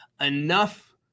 enough